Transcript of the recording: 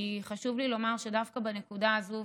כי חשוב לי לומר שדווקא בנקודה הזאת,